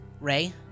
Ray